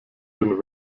den